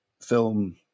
film